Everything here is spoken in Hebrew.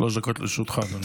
שלוש דקות לרשותך, אדוני.